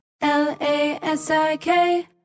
L-A-S-I-K